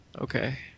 Okay